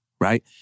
right